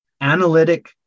analytic